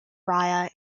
raya